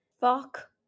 Fuck